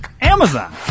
Amazon